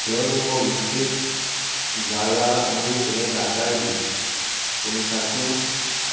जग हो विकसीत जाला आनी फुडें जाताय बी पूण तातूंत